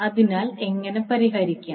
അതിനാൽ എങ്ങനെ പരിഹരിക്കാം